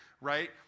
right